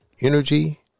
energy